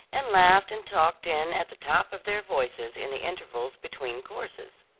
and laughed and talked in at the top of their voices in the intervals between courses.